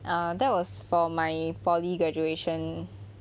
err that was for my poly graduation